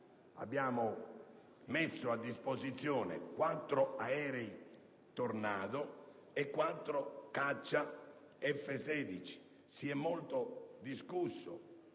Abbiamo messo a disposizione quattro aerei Tornado e quattro caccia F-16. Si è molto discusso